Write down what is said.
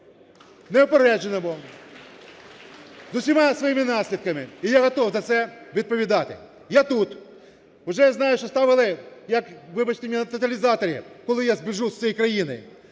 неупередженому, з усіма своїми наслідками. І готовий за це відповідати. Я тут. Вже знаю, що ставили, як, вибачте мені, на тоталізаторі, коли я збіжу з цієї країни,